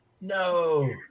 no